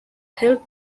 held